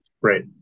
Right